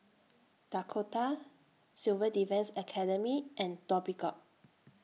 Dakota Civil Defence Academy and Dhoby Ghaut